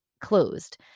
closed